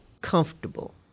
comfortable